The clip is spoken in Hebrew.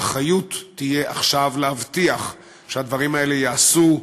האחריות עכשיו תהיה להבטיח שהדברים האלה ייעשו,